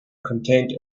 contained